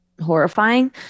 horrifying